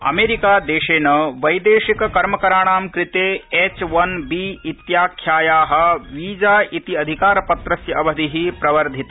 अमेरिकादेशेन वैदेशिक कर्मकराणां कृते एचवनबी इत्याख्याया वीजा इतिअधिकारपत्रस्य अवधि प्रवर्धित